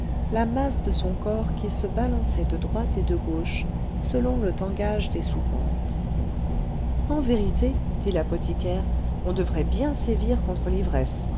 la masse de son corps qui se balançait de droite et de gauche selon le tangage des soupentes en vérité dit l'apothicaire on devrait bien sévir contre l'ivresse